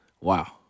wow